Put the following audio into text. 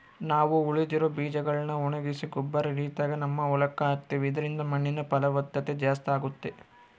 ನಾವು ಉಳಿದಿರೊ ಬೀಜಗಳ್ನ ಒಣಗಿಸಿ ಗೊಬ್ಬರ ರೀತಿಗ ನಮ್ಮ ಹೊಲಕ್ಕ ಹಾಕ್ತಿವಿ ಇದರಿಂದ ಮಣ್ಣಿನ ಫಲವತ್ತತೆ ಜಾಸ್ತಾಗುತ್ತೆ